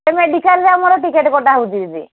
ଏ ମେଡିକାଲ୍ରେ ଆମର ଟିକେଟ୍ କଟା ହେଉଛି ଦିଦି